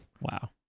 Wow